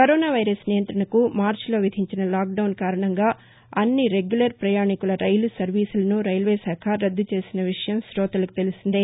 corona నియంతణకు మార్చిలో విధించిన లాక్డౌస్ కారణంగా అన్ని రెగ్యులర్ ప్రయాణికుల రైలు సర్వీసులను రైల్వే శాఖ రద్దు చేసిన విషయం కోతలకు తెలిసిందే